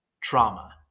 trauma